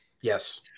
Yes